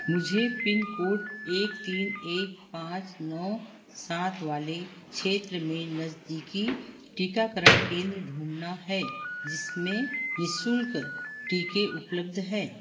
मुझे pin code एक तीन एक पाँच नौ सात वाले क्षेत्र में नज़दीकी टीकाकरण केंद्र ढूँढना है जिसमें निशुल्क टीके उपलब्ध हैं